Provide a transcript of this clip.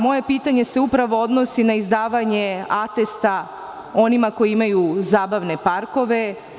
Moje pitanje se upravo odnosi na izdavanje atesta onima koji imaju zabavne parkove.